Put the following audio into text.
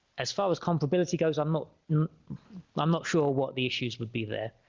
as far as comparability goes i'm i'm not sure what the issues would be there